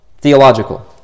Theological